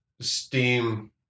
steam